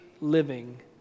Living